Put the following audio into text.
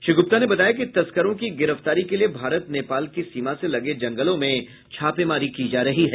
श्री गुप्ता ने बताया कि तस्करों की गिरफ्तारी के लिए भारत नेपाल की सीमा से लगे जंगलों में छापेमारी की जा रही है